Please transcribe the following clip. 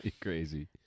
crazy